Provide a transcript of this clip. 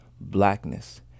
blackness